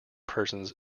persons